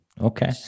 Okay